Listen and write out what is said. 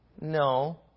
No